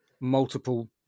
multiple